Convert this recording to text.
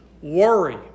worry